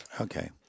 Okay